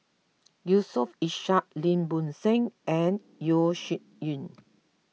Yusof Ishak Lim Bo Seng and Yeo Shih Yun